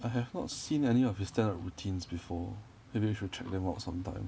I have not seen any of his stand up routines before maybe we should check them out sometime